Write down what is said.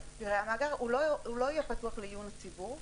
הוא לא יהיה פתוח לעיון הציבור.